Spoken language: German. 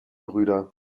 brüder